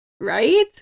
Right